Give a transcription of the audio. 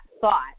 thought